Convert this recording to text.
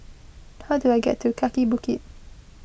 how do I get to Kaki Bukit